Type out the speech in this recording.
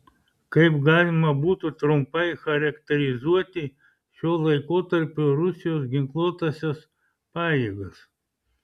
kaip galima būtų trumpai charakterizuoti šio laikotarpio rusijos ginkluotąsias pajėgas